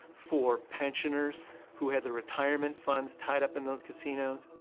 for pensioners who had their retirement funds tied up in those casinos.